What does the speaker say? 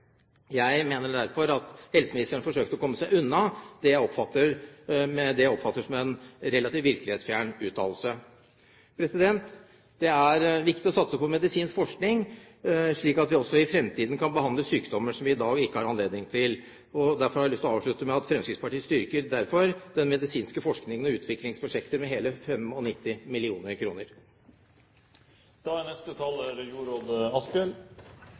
Jeg mener derfor at helseministeren forsøkte å komme seg unna med det jeg oppfatter som en relativt virkelighetsfjern uttalelse. Det er viktig å satse på medisinsk forskning, slik at vi også i fremtiden kan behandle sykdommer som vi i dag ikke har anledning til å behandle. Jeg har lyst til å avslutte med at Fremskrittspartiet derfor styrker den medisinske forskning og utviklingsprosjekter med hele